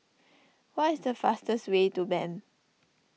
what is the fastest way to Bern